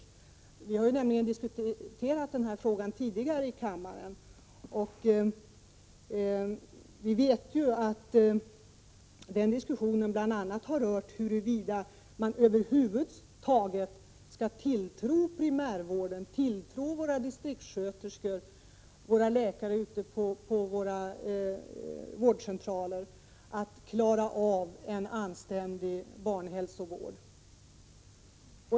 Vi har ju diskuterat den här frågan tidigare i kammaren, och vi vet att den diskussionen bl.a. gällt huruvida man över huvud taget skall tilltro primärvården, våra distriktssköterskor och läkare på vårdcentralerna att klara av en anständig barnhälsovård.